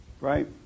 right